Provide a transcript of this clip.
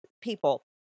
people